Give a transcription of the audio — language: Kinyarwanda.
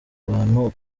abantu